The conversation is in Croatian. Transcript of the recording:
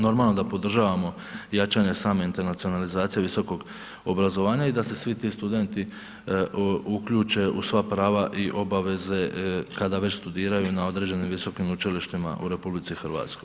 Normalno da podržavamo jačanje same internacionalizacije visokog obrazovanja i da se svi ti studenti uključe u sva prava i obaveze kada već studiraju na određenim visokim učilištima u RH.